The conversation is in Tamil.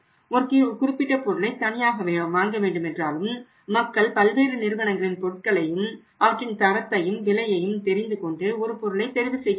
ஒரு குறிப்பிட்ட பொருளை தனியாக வாங்க வேண்டும் என்றாலும் மக்கள் பல்வேறு நிறுவனங்களின் பொருட்களையும் அவற்றின் தரத்தையும் விலையையும் தெரிந்து கொண்டு ஒரு பொருளை தெரிவு செய்கிறார்கள்